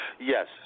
Yes